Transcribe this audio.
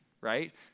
right